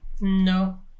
No